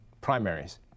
primaries